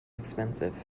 expensive